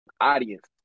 audience